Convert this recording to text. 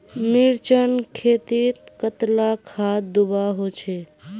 मिर्चान खेतीत कतला खाद दूबा होचे?